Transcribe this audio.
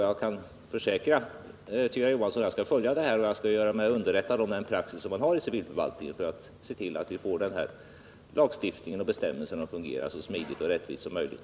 Jag kan försäkra Tyra Johansson att jag skall följa upp saken genom att göra mig underrättad om den praxis man har i civilförvaltningen. Jag skall försöka se till att vi får den här lagstiftningen och bestämmelsen att fungera så smidigt och rättvist som möjligt.